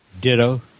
Ditto